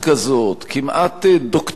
כמעט דוקטרינה סובייטית,